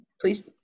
please